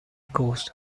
coast